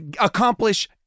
accomplish